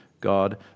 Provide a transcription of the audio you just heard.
God